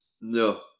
No